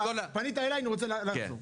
פנית אליי ואני רוצה לענות.